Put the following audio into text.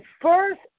first